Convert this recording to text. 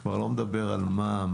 אני כבר לא מדבר על מע"מ,